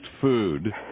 food